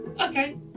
okay